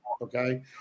okay